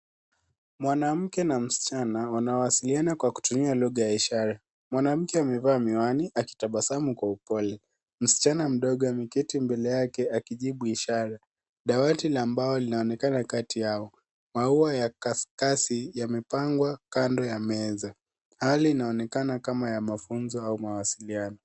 Mwanamke na msichana wanawasiliana kwa kutumia lugha ya ishara. Mwanamke amevaa miwani akitabasamu kwa upole. Msichana mdogo ameketi mbele yake akijibu ishara. Dawati la mbao linaonekana kati yao. Maua ya kasikasi yamepangwa kando ya meza. Hali inaonekana kama ya mafunzo ama mawasiliano.